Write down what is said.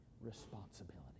responsibility